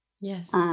Yes